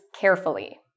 carefully